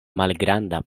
malgranda